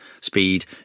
speed